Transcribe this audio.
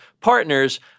partners –